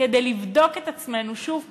כדי לבדוק את עצמנו שוב הפעם,